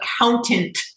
accountant